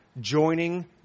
joining